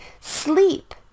Sleep